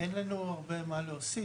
אין לנו הרבה מה להוסיף,